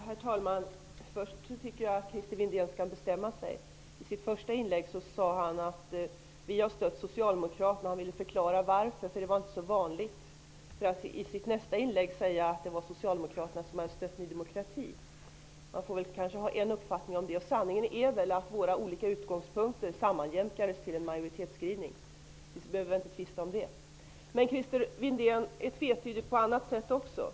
Herr talman! Jag tycker att Christer Windén skall bestämma sig. I sitt första inlägg sade han att Ny demokrati stött Socialdemokraterna. Han ville också förklara varför, eftersom det inte var så vanligt. I sitt nästa inlägg sade han att Socialdemokraterna stött Ny demokrati. Man bör väl ha en enda uppfattning om det. Sanningen är väl att våra olika utgångspunkter sammanjämkades till en majoritetskrivning i utskottet, så det behöver vi inte tvista om. Christer Windén är tvetydig på annat sätt också.